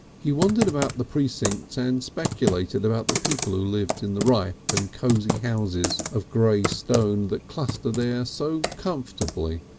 he wandered about the precincts and speculated about the people who lived in the ripe and cosy houses of grey stone that cluster there so comfortably.